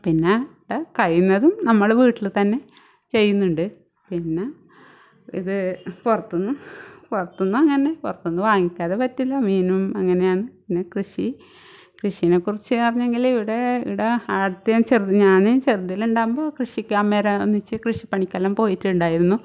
പിന്നെ കഴിയുന്നതും നമ്മൾ വീട്ടിൽ തന്നെ ചെയ്യുന്നുണ്ട് പിന്നെ ഇത് പുറത്തുന്ന് പുറത്തുന്ന് അങ്ങനെ പുറത്തുന്ന് വാങ്ങിക്കാതെ പറ്റില്ല മീനും അങ്ങനെ കൃഷി കൃഷിനെ കുറിച്ച് പറഞ്ഞെങ്കിൽ ഇവിടെ ഇവിടെ അടുത്ത് ഞാൻ നേരത്തെ ചെറുതിൽ ചെറുതിലുണ്ടാകുമ്പോൾ കൃഷിക്ക് അമ്മയെല്ലാം ഒന്നിച്ച് കൃഷി പണിക്കെല്ലാം പോയിട്ടുണ്ടായിരുന്നു